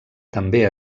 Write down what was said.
també